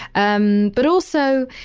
um but also,